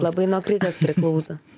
labai nuo krizės priklauso